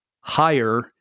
higher